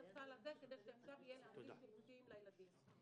הסל הזה כדי שאפשר יהיה לתת שירותים לילדים.